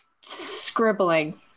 Scribbling